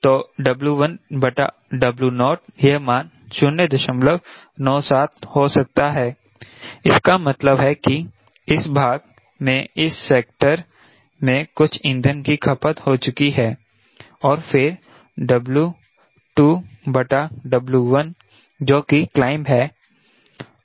तो W1 W0 यह मान 097 हो सकता है इसका मतलब है कि इस भाग में इस सेक्टर में कुछ ईंधन की खपत हो चुकी है और फिर W2W1 जो की क्लाइंब है